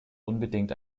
unbedingt